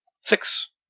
Six